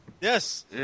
yes